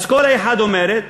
אסכולה אחת אומרת: